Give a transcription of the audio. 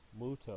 Muto